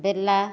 ବେଲା